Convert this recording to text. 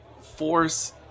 force